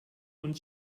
und